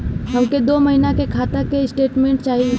हमके दो महीना के खाता के स्टेटमेंट चाही?